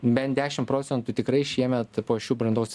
bent dešim procentų tikrai šiemet po šių brandos